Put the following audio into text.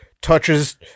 touches